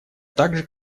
также